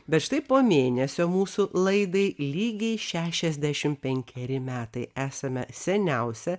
bet štai po mėnesio mūsų laidai lygiai šešiasdešim penkeri metai esame seniausia